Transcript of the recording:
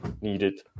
needed